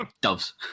Doves